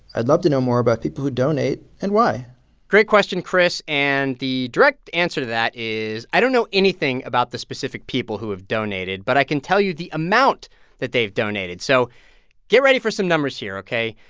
i'd love to know more about people who donate and why great question, chris. and the direct answer to that is i don't know anything about the specific people who have donated, but i can tell you the amount that they've donated, so get ready for some numbers here, ok?